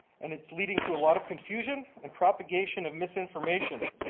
and it's leading to a lot of confusion and propagation of misinformation,